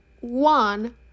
one